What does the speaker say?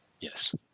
Yes